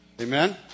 Amen